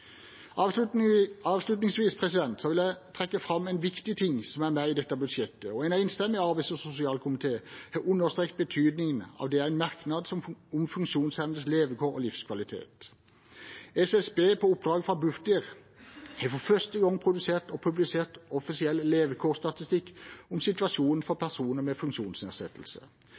vil jeg trekke fram en viktig ting som er med i dette budsjettet, og en enstemmig arbeids- og sosialkomité har understreket betydningen av det i en merknad om funksjonshemmedes levekår og livskvalitet. SSB har på oppdrag fra Bufdir for første gang produsert og publisert offisiell levekårsstatistikk om situasjonen for personer med funksjonsnedsettelse.